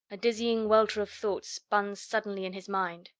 a dizzying welter of thoughts spun suddenly in his mind.